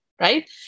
right